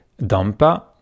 Dampa